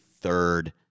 third